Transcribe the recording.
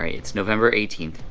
it's november eighteenth.